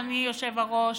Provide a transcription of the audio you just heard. אדוני היושב-ראש,